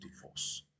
divorce